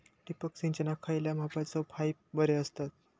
ठिबक सिंचनाक खयल्या मापाचे पाईप बरे असतत?